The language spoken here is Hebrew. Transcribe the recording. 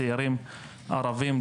בנושא הצעירים שלנו יש בעיה,